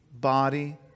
body